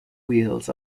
wheels